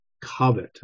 covet